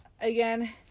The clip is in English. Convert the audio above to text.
again